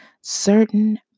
certain